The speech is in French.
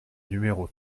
numéro